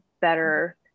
better